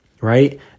right